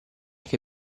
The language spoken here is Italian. che